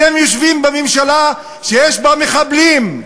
אתם יושבים בממשלה שיש בה מחבלים,